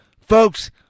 Folks